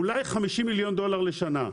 אולי 50 מיליון דולר לשנה.